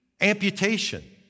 amputation